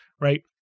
right